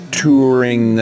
touring